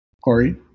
Corey